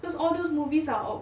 because all those movies are al~